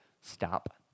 stop